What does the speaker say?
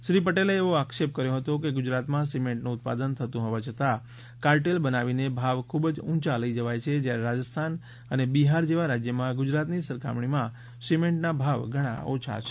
શ્રી પટેલે એવો આક્ષેપ કર્યો હતો કે ગુજરાતમાં સિમેન્ટનું ઉત્પાદન થતું હોવા છતાં કાર્ટેલ બનાવીને ભાવ ખૂબ જ ઊંચા લઈ જવાય છે જ્યારે રાજસ્થાન અને બિહાર જેવા રાજ્યોમાં ગુજરાતની સરખામણીમાં સિમેન્ટના ભાવ ઘણા ઓછા છે